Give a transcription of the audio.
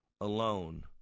alone